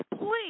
please